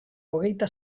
hogeita